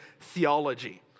theology